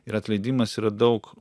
ir atleidimas yra daug